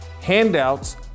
Handouts